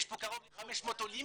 יש פה קרוב ל-500 עולים